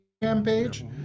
page